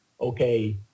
okay